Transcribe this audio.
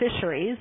Fisheries